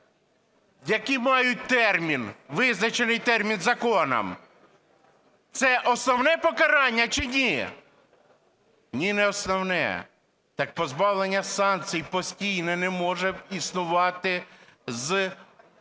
які мають термін, визначений термін законом, - це основне покарання чи ні? Ні, не основне. Так позбавлення санкцій постійно не може існувати з неосновним